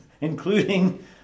including